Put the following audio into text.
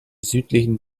südlichen